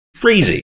crazy